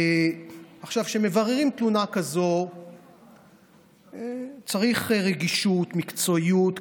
כשמבררים תלונה כזאת צריך רגישות ומקצועיות,